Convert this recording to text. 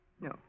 No